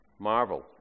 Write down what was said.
marvel